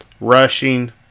Rushing